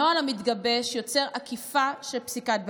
הנוהל המתגבש יוצר עקיפה של פסיקת בג"ץ,